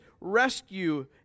rescue